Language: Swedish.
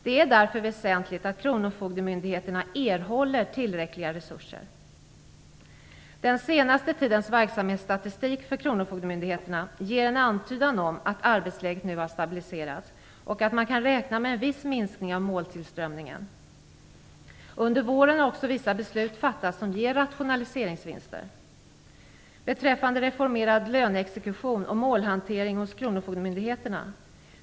Det är därför väsentligt att kronofogdemyndigheterna erhåller tillräckliga resurser. Den senaste tidens verksamhetsstatistik för kronofogdemyndigheterna ger en antydan om att arbetsläget nu stabiliseras och att man kan räkna med en viss minskning av måltillströmningen. Under våren har också vissa beslut fattats som ger rationaliseringsvinster. Så till frågan om reformerad löneexekution och målhantering hos kronofogdemyndigheterna.